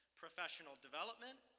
professional development,